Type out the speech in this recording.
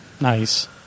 Nice